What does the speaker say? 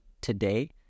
today